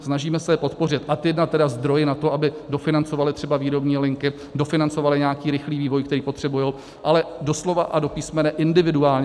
Snažíme se podpořit ad 1 zdroje na to, aby dofinancovaly třeba výrobní linky, dofinancovaly nějaký rychlý vývoj, který potřebují, ale doslova a do písmene individuálně.